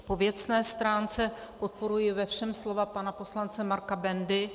Po věcné stránce podporuji ve všem slova pana poslance Marka Bendy.